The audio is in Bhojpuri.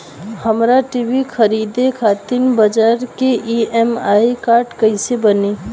हमरा टी.वी खरीदे खातिर बज़ाज़ के ई.एम.आई कार्ड कईसे बनी?